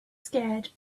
scared